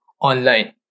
online